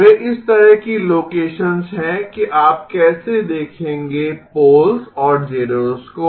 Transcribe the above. वे इस तरह की लोकेसंस हैं कि आप कैसे देखेंगे पोल्स और ज़ेरोस को